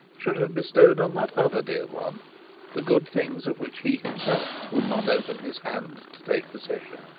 should have bestowed on that other dear one the good things of which he himself would not open his hand to take possession.